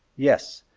yes,